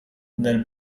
nel